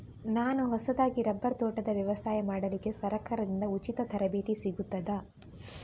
ನಾನು ಹೊಸದಾಗಿ ರಬ್ಬರ್ ತೋಟದ ವ್ಯವಸಾಯ ಮಾಡಲಿಕ್ಕೆ ಸರಕಾರದಿಂದ ಉಚಿತ ತರಬೇತಿ ಸಿಗುತ್ತದಾ?